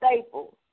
Staples